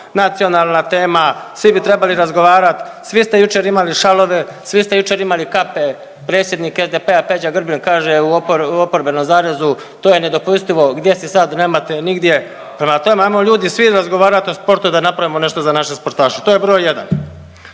nacionalna tema, svi bi trebali razgovarat, svi ste jučer imali šalove, svi ste jučer imali kape, predsjednik SDP-a Peđa Grbin kaže u oporbenom zarezu to je nedopustivo, gdje si sad, nema te nigdje. Prema tome, ajmo ljudi svi razgovarat o sportu da napravimo nešto za naše sportaše. To je broj jedan.